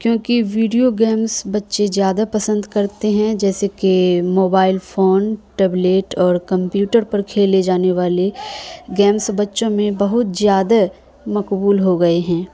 کیونکہ video games بچے زیادہ پسند کرتے ہیں جیسے کہ موبائل فون ٹیبلیٹ اور کمپیوٹر پر کھیلے جانے والے گیمز بچوں میں بہت زیادہ مقبول ہو گئے ہیں